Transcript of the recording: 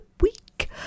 week